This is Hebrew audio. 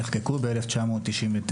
נחקקו ב-1999,